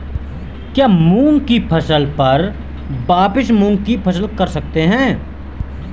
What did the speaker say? क्या मूंग की फसल पर वापिस मूंग की फसल कर सकते हैं?